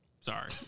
Sorry